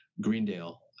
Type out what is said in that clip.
Greendale